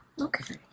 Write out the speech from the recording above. okay